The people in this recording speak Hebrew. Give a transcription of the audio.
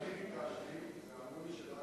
גם אני ביקשתי ואמרו לי שזה רק אחד.